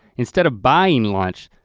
instead of buying lunch,